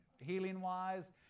healing-wise